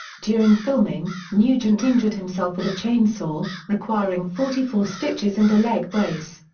during filming, nugent injured himself with a chainsaw, requiring forty four stitches and a leg brace.